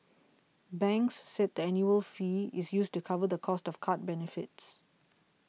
banks said that annual fee is used to cover the cost of card benefits